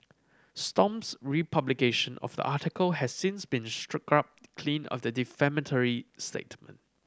stomp's republication of the article has since been clean of the defamatory statement